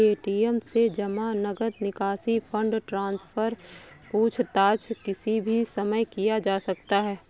ATM से जमा, नकद निकासी, फण्ड ट्रान्सफर, पूछताछ किसी भी समय किया जा सकता है